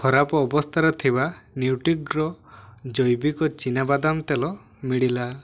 ଖରାପ ଅବସ୍ଥାରେ ଥିବା ନ୍ୟୁଟ୍ରିଅର୍ଗ ଜୈବିକ ଚୀନାବାଦାମ ତେଲ ମିଳିଲା